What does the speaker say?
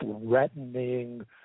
threatening